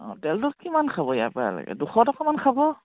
অঁ তেলটো কিমান খাব ইয়াৰ পৰালৈকে দুশ টকামান খাব